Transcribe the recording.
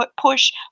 push